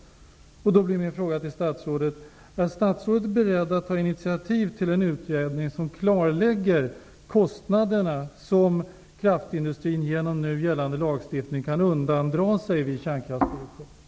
Min fråga blir då till statsrådet: Är statsrådet beredd att ta initiativ till en utredning som klarlägger kostnaderna som kraftindustrin genom nu gällande lagstiftning kan undandra sig vid kärnkraftsproduktion?